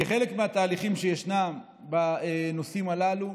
כחלק מהתהליכים שישנם בנושאים הללו,